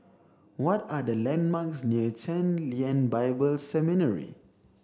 what are the landmarks near Chen Lien Bible Seminary